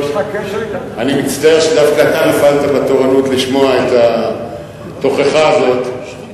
אני מצטער שדווקא אתה נפלת בתורנות לשמוע את התוכחה הזאת.